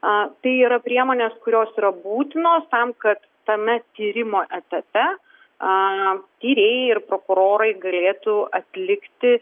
tai yra priemonės kurios yra būtinos tam kad tame tyrimo etape tyrėjai ir prokurorai galėtų atlikti